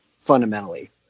fundamentally